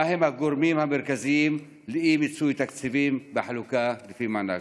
4. מהם הגורמים המרכזיים לאי-מיצוי תקציבים בחלוקה לפי מענק?